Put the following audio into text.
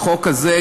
בחוק הזה,